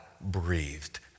breathed